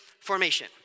formation